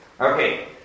Okay